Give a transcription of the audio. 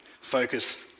focus